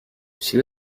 she